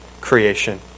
creation